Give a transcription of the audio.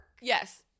yes